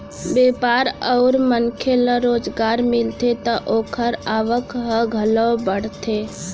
बेपार अउ मनखे ल रोजगार मिलथे त ओखर आवक ह घलोक बाड़थे